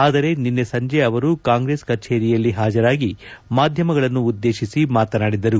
ಆದರೆ ನಿನ್ನೆ ಸಂಜೆ ಅವರು ಕಾಂಗ್ರೆಸ್ ಕಚೇರಿಯಲ್ಲಿ ಹಾಜರಾಗಿ ಮಾಧ್ಯಮಗಳನ್ನು ಉದ್ದೇಶಿಸಿ ಮಾತನಾದಿದರು